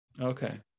okay